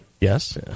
Yes